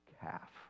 calf